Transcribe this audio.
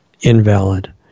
invalid